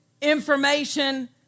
information